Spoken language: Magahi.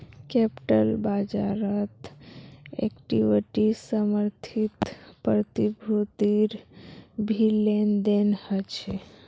कैप्टल बाज़ारत इक्विटी समर्थित प्रतिभूतिर भी लेन देन ह छे